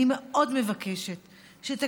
אני בטוחה גם שאתם אנשים של חמלה.